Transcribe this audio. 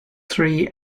three